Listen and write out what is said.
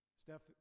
Steph